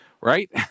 right